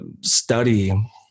study